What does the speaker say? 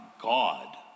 God